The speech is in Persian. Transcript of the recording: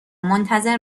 منتظر